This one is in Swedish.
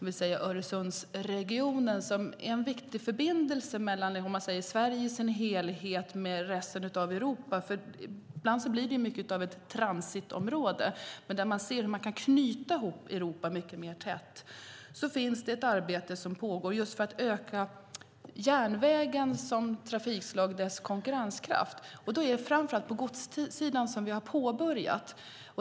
Öresundsregionen, som är en viktig förbindelse mellan Sverige i sin helhet och resten av Europa, blir ibland mycket av ett transitområde, där man ser hur det går att knyta ihop Europa mycket mer tätt. Där finns det ett arbete som pågår just för att öka konkurrenskraften för järnvägen som trafikslag. Det är framför allt på godssidan som det arbetet har påbörjats.